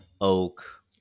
oak